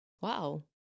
wow